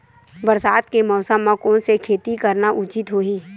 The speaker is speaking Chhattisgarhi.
बरसात के मौसम म कोन से खेती करना उचित होही?